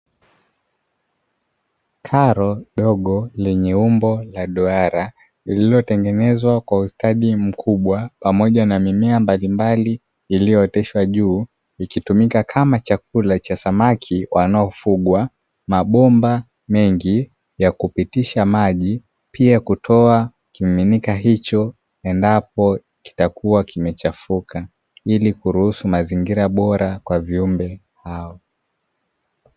Karo dogo lenye umbo la duara lililotengenezwa kwa ustadi mkubwa pamoja na mimea mbalimbali iliyooteshwa juu ikitumika kama chakula cha samaki wanaofugwa; mabomba mengi ya kupitisha maji pia kutoa kimiminika hicho endapo kitakuwa kimechafuka ili kuruhusu mazingira bora kwa viumbe hao.